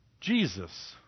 Jesus